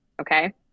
okay